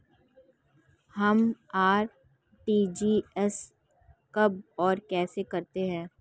हम आर.टी.जी.एस कब और कैसे करते हैं?